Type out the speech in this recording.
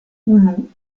unu